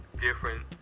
different